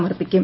സമർപ്പിക്കും